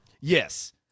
Yes